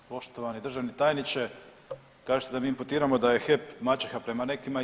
Poštovani državni tajniče, kažete da mi imputiramo da je HEP maćeha prema nekima, je.